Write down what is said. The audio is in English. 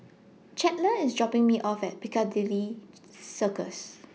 Chandler IS dropping Me off At Piccadilly Circus